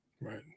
Right